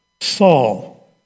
Saul